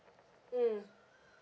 mm